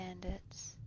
bandits